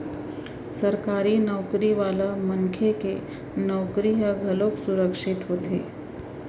सरकारी नउकरी वाला मनखे के नउकरी ह घलोक सुरक्छित होथे